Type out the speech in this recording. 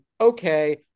okay